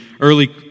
early